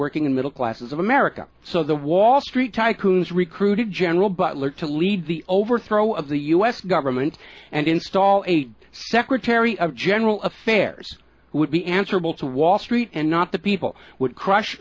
working and middle classes of america so the wall street tycoons recruited general butler to lead the overthrow of the us government and install a secretary of general affairs who would be answerable to wall street and not the people would crush